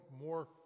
more